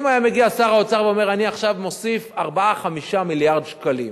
אם היה מגיע שר האוצר ואומר: אני עכשיו מוסיף 4 5 מיליארד שקלים,